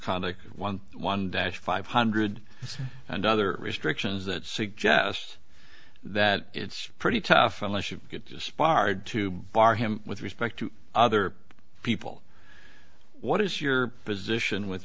conduct one one dash five hundred and other restrictions that suggests that it's pretty tough unless you get just sparred to bar him with respect to other people what is your position with